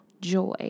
joy